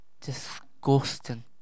disgusting